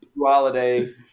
Holiday